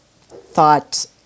thought